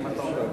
כן.